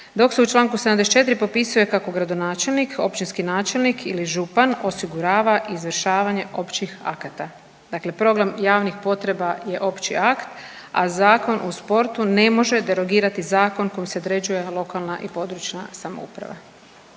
dok se u čl. 74. propisuje kako gradonačelnik, općinski načelnik ili župan osigurava izvršavanje općih akata, dakle program javnih potreba je opći akt, a Zakon o sportu ne može derogirati zakon kojim se određuje lokalna i područna samouprava.